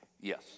Yes